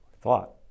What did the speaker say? thought